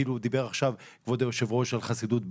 כאילו כבוד היושב ראש דיבר עכשיו על חסידות בעלז,